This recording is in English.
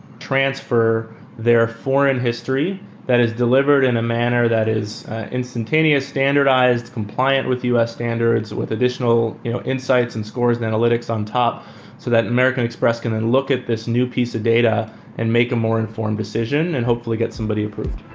transfer their foreign history that is delivered in a manner that is instantaneous, standardized, compliant with us standards with additional you know insights and scores and analytics on top so that american express can then look at this new piece of data and make a more informed decision and hopefully get somebody approved.